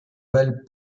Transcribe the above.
bel